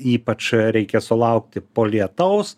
ypač reikia sulaukti po lietaus